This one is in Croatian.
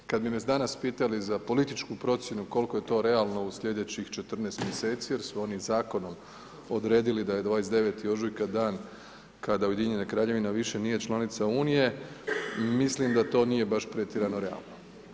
Kad bi me danas pitali za političku procjenu koliko je to realno u sljedećih 14 mjeseci jer su oni zakonom odredili da je 29. ožujka dan kada Ujedinjena Kraljevina više nije članica Unije mislim da to nije baš pretjerano realno.